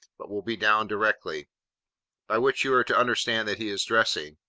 but will be down directly by which you are to understand that he is dressing.